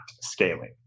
scaling